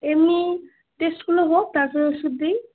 এমনি টেস্টগুলো হোক তারপরে ওষুধ দিই